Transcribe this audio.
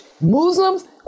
Muslims